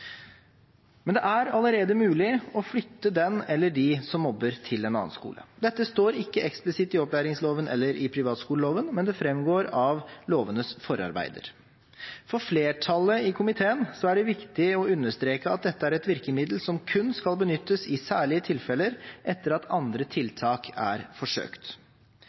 Men det er allerede mulig å flytte den eller de som mobber, til en annen skole. Dette står ikke eksplisitt i opplæringsloven eller i privatskoleloven, men det framgår av lovenes forarbeider. For flertallet i komiteen er det viktig å understreke at dette er et virkemiddel som kun skal benyttes i særlige tilfeller etter at andre tiltak er forsøkt.